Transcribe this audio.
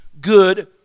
good